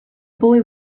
boy